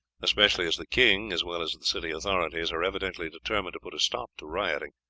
especially as the king, as well as the city authorities, are evidently determined to put a stop to rioting.